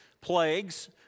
plagues